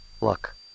look